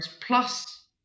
plus